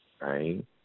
right